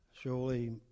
Surely